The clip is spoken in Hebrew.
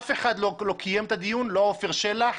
אף אחד לא קיים את הדיון, גם לא עפר שלח.